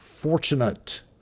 fortunate